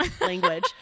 language